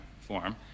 form